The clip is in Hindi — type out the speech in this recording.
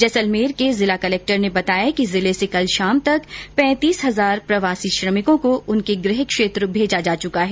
जैसलमेर के जिला कलेक्टर ने बताया कि जिले से कल शाम तक पैंतीस हजार प्रवासी श्रमिकों को उनके गृह क्षेत्र भेजा जा चुका है